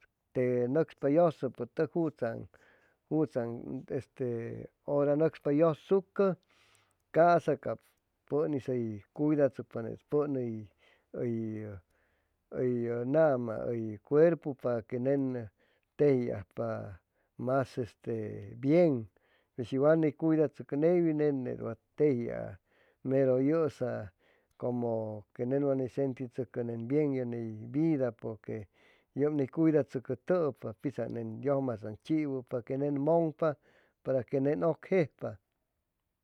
Te nucspa yusu putuc jutsaan jutsaan este ura nucspa yusucu casa cab pun is cuidatshucpa uy uy nama uy cuerpu para que nen teji ajpa mas este bien pesi wa ni cuidatshucu neywin nen wa teji a meru yusa cumu que ne wa ni sentishucpa bien yeni vida pur que yub ni cuidashucutupa pisan dius masan chiwu para que nen mugn'pa para que nen ucjejpa